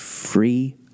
free